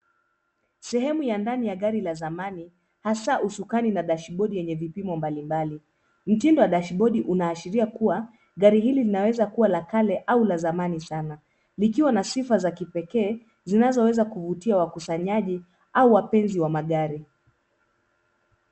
Sehemu ya ndani ya gari la zamani hasa usukani na dashibodi yenye vipimo mbalimbali. Mtindo wa dashibodi unaashiria kuwa gari hili linaweza kuwa la kale au la zamani sana likiwa na sifa za kipekee zinazoweza kuvutia wakusanyaji au wapenzi wa magari.